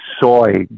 soy